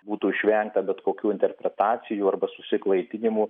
būtų išvengta bet kokių interpretacijų arba susiklaidinimų